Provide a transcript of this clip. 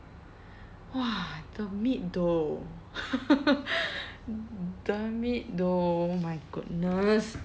!wah! the meat though the meat though oh my goodness